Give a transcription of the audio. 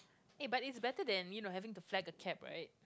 eh but it's better than you know having to flag a cab right